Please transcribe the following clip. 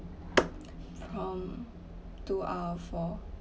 from to our for